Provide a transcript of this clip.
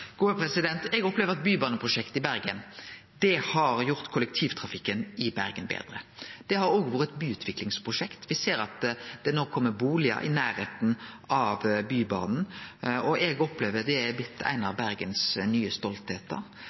Eg opplever at bybaneprosjektet i Bergen har gjort kollektivtrafikken i Bergen betre. Det har òg vore eit byutviklingsprosjekt. Me ser at det nå kjem bustadar i nærleiken av Bybanen, og eg opplever at det har blitt ei av Bergens nye